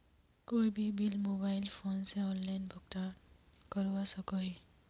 कोई भी bill mobile phone से ऑनलाइन भुगतान करवा सकोहो ही?